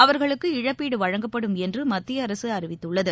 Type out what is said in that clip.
அவர்களுக்கு இழப்பீடு வழங்கப்படும் என்று மத்திய அரசு அறிவித்துள்ளது